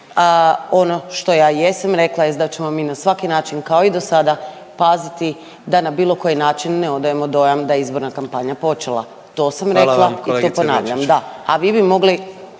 ono što ja jesam rekla jest da ćemo mi na svaki način kao i do sada paziti da na bilo koji način ne odajemo dojam da je izborna kampanja počela. To sam rekla …/Upadica